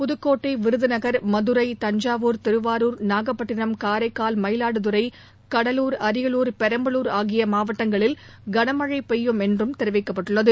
புதுக்கோட்டை விருதநகர் மதுரை தஞ்சாவூர் திருவாரூர் நாகப்பட்டினம் காரைக்கால் மயிலாடுதுரை கடலூர் அரியலூர் பெரம்பலூர் ஆகிய மாவட்டங்களில் கனமழை பெய்யும் என்று தெரிவிக்கப்பட்டுள்ளது